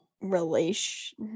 relation